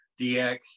DX